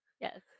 Yes